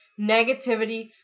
negativity